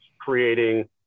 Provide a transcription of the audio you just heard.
creating